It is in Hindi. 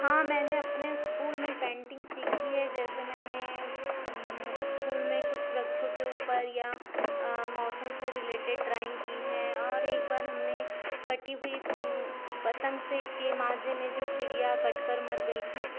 हाँ मैंने अपने स्कूल में पेंटिंग सीखी है जैसे मैंने स्कूल में कुछ वृक्षों के ऊपर या मौसम से रिलेटिड ड्रॉइंग की है और एक बार हमने कटी हुई पतंग से के माँझे मे जो चिड़िया कट कर मर गई थी